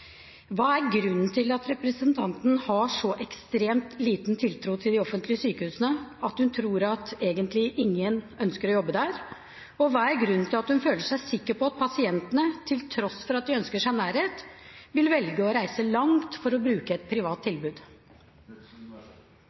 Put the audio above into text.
Hva er grunnen til at representanten har så ekstremt liten tiltro til de offentlige sykehusene at hun tror at ingen egentlig ønsker å jobbe der, og hva er grunnen til at hun føler seg sikker på at pasientene, til tross for at de ønsker seg nærhet, vil velge å reise langt for å bruke et privat tilbud?